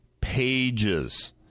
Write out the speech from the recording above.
pages